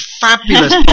fabulous